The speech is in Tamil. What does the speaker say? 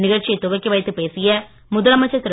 நிகழ்ச்சியை துவக்கி வைத்து பேசிய முதலமைச்சர் திரு